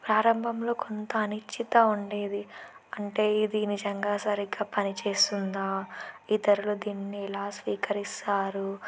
ప్రారంభంలో కొంత అనిశ్చితి ఉండేది అంటే దీనిజంగా సరిగ్గా పనిచేస్తుందా ఇతరులు దీన్ని ఎలా స్వీకరిస్తారు